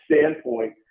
standpoint